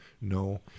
No